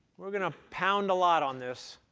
we're going to pound a lot on this